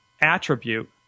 attribute